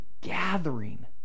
gathering